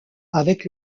avec